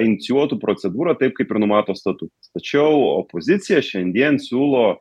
inicijuotų procedūrą taip kaip ir numato statutas tačiau opozicija šiandien siūlo